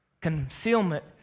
Concealment